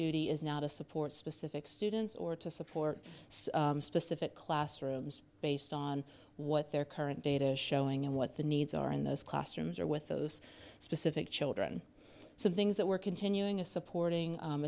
duty is now to support specific students or to support specific classrooms based on what their current data is showing and what the needs are in those classrooms or with those specific children some things that we're continuing a supporting